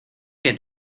que